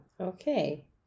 Okay